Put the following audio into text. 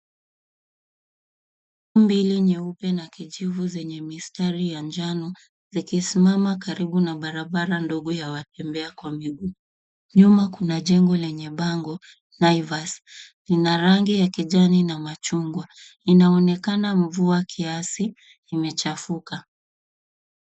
Mbili nyeupe na kijivu zenye mistari ya njano zikisimama karibu na bara bara ndogo ya watembea kwa miguu nyuma kuna jengo lenye bango Naivas lina rangi ya kijani na machungwa inaonekana mvua kiasi imechafuka